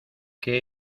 qué